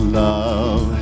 love